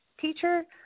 teacher